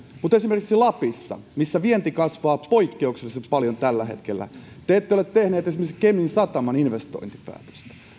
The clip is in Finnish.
mutta esimerkiksi lapissa missä vienti kasvaa poikkeuksellisen paljon tällä hetkellä te ette ole tehneet esimerkiksi kemin sataman investointipäätöstä